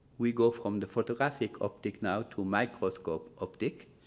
we go from the photographic optic now to microscope optic.